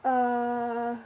err